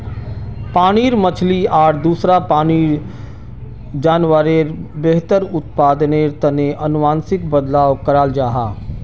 पानीर मछली आर दूसरा पानीर जान्वारेर बेहतर उत्पदानेर तने अनुवांशिक बदलाव कराल जाहा